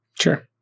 Sure